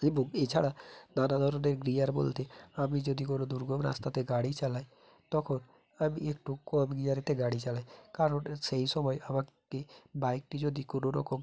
এবং এছাড়া নানা ধরনের গিয়ার বলতে আমি যদি কোনো দুর্গম রাস্তাতে গাড়ি চালাই তখন আমি একটু কম গিয়ারেতে গাড়ি চালাই কারণ সেই সময় আমাকে বাইকটি যদি কোনো রকম